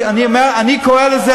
אני קורא לזה,